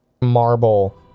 marble